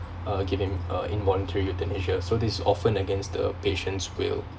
uh giving uh involuntary euthanasia so this is often against the patient's will